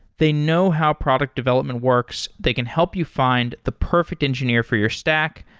they know how product development works. they can help you find the perfect engineer for your stack,